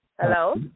Hello